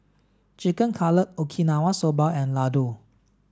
Chicken Cutlet Okinawa Soba and Ladoo